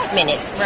minutes